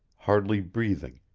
hardly breathing,